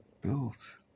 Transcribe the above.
Built